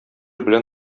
белән